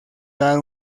dar